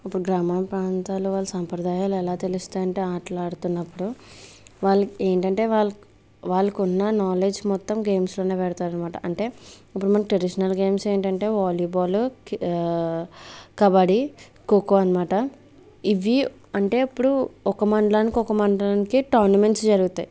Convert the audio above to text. ఇప్పుడు గ్రామ ప్రాంతాల వాళ్ళ సంప్రదాయాలు ఎలా తెలుస్తాయంటే ఆటలు ఆడుతున్నప్పుడు వాళ్ళు ఏంటంటే వాళ్ళ వాళ్ళకున్న నాలెడ్జ్ మొత్తం గేమ్స్లోనే పెడతారన్మాట అంటే ఇప్పుడు మన ట్రేడిషనల్ గేమ్స్ ఏంటంటే వాలీబాల్ క్రి కబడ్డీ ఖోఖో అన్మాట ఇవి అంటే ఇప్పుడు ఒక మండలానికి ఒక మండలానికే టోర్నమెంట్స్ జరుగుతాయి